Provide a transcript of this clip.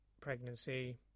Pregnancy